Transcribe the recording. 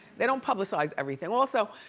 they don't publicize everything. also,